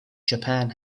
japan